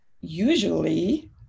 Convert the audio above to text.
usually